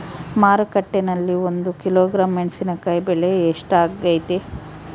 ಮಾರುಕಟ್ಟೆನಲ್ಲಿ ಒಂದು ಕಿಲೋಗ್ರಾಂ ಮೆಣಸಿನಕಾಯಿ ಬೆಲೆ ಎಷ್ಟಾಗೈತೆ?